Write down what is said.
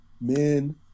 Men